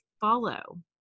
follow